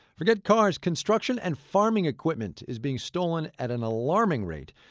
forget cars construction and farming equipment is being stolen at an alarming rate.